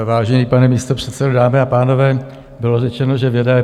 Vážený pane místopředsedo, dámy a pánové, bylo řečeno, že věda je priorita.